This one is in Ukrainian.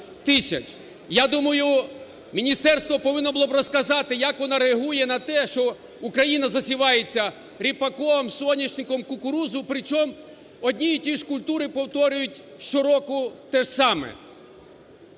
Я думаю, міністерство повинно було б розказати, як воно реагує на те, що Україна засівається ріпаком, соняшником, кукурудзою, причому, одні й ті ж культури повторюють, щороку те ж саме.